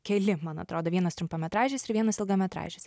keli man atrodo vienas trumpametražis ir vienas ilgametražis